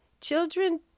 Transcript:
Children